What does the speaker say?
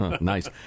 Nice